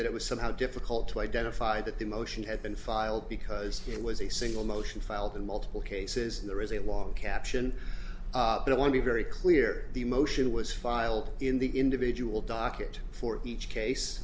that it was somehow difficult to identify that the motion had been filed because it was a single motion filed in multiple cases there is a long caption but i want to be very clear the motion was filed in the individual docket for each case